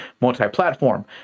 multi-platform